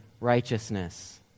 righteousness